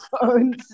phones